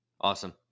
Awesome